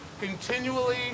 continually